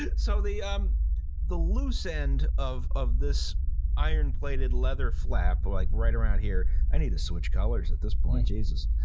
ah so the um the loose end of of this iron-plated leather flap, like, right around here i need to switch colors at this point, jesus,